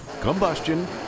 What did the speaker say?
combustion